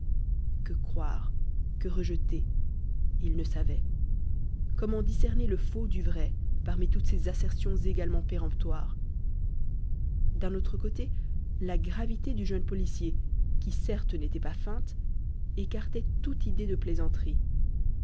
que croire que rejeter il ne savait comment discerner le faux du vrai parmi toutes ces assertions également péremptoires d'un autre côté la gravité du jeune policier qui certes n'était pas feinte écartait toute idée de plaisanterie